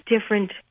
different